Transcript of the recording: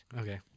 Okay